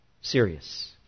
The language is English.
serious